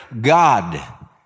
God